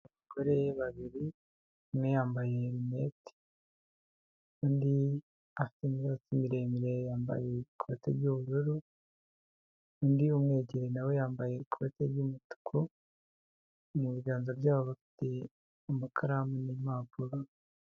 Abagore babiri, umwe yambaye rinete kandi afite imisatsi miremire, yambaye ikote ry'ubururu, undi umwegereye na we yambaye ikote ry'umutuku, mu biganza byabo bafite amakaramu n'impapuro.